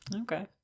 Okay